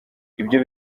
ibyo